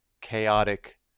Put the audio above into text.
chaotic